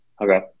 Okay